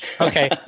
Okay